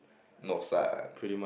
north side